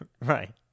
Right